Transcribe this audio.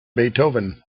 beethoven